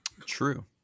True